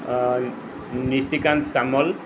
Nishikanta Samal